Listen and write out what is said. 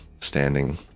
standing